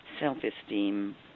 self-esteem